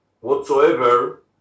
whatsoever